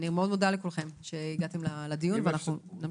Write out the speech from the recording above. אני מאוד מודה לכולכם שהגעתם לדיון ואנחנו נמשיך.